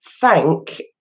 thank